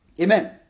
Amen